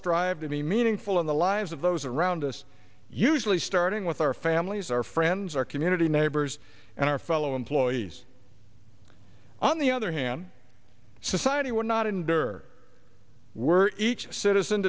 strive to be meaningful in the lives of those around us usually starting with our families our friends our community neighbors and our fellow employees on the other hand society would not endure were each citizen